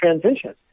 transition